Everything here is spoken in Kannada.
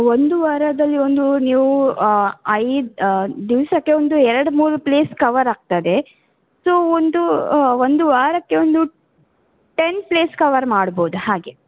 ಒಂದು ವಾರದಲ್ಲಿ ಒಂದು ನೀವು ಐದು ದಿವಸಕ್ಕೆ ಒಂದು ಎರ್ಡು ಮೂರು ಪ್ಲೇಸ್ ಕವರ್ ಆಗ್ತದೆ ಸೋ ಒಂದು ಒಂದು ವಾರಕ್ಕೆ ಒಂದು ಟೆನ್ ಪ್ಲೇಸ್ ಕವರ್ ಮಾಡ್ಬೋದು ಹಾಗೆ